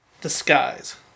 disguise